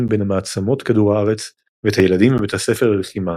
בין מעצמות כדור הארץ ואת הילדים מבית הספר ללחימה,